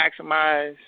maximize